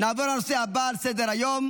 נעבור לנושא הבא על סדר-היום,